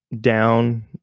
down